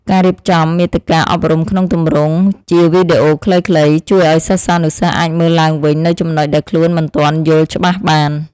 ការរៀបចំមាតិកាអប់រំក្នុងទម្រង់ជាវីដេអូខ្លីៗជួយឱ្យសិស្សានុសិស្សអាចមើលឡើងវិញនូវចំណុចដែលខ្លួនមិនទាន់យល់ច្បាស់បាន។